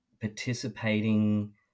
participating